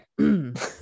okay